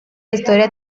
historia